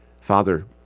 Father